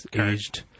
aged